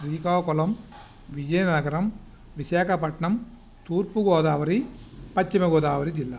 శ్రీకాకుళం విజయనగరం విశాఖపట్టణం తూర్పు గోదావరి పశ్చిమ గోదావరి జిల్లా